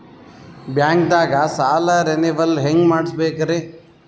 ಬ್ಯಾಂಕ್ದಾಗ ಸಾಲ ರೇನೆವಲ್ ಹೆಂಗ್ ಮಾಡ್ಸಬೇಕರಿ?